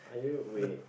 are you wait